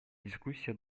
дискуссия